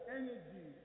energy